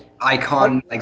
icon